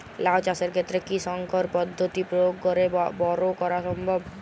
লাও চাষের ক্ষেত্রে কি সংকর পদ্ধতি প্রয়োগ করে বরো করা সম্ভব?